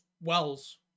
Wells